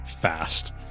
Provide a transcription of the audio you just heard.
fast